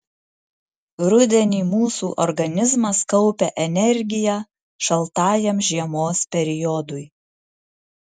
rudenį mūsų organizmas kaupia energiją šaltajam žiemos periodui